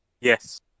Yes